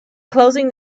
closing